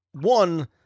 one